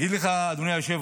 אני אגיד לך, אדוני היושב-ראש,